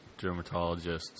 dermatologists